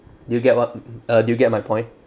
do you get what err do you get my point